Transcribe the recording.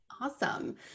Awesome